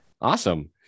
Awesome